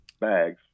bags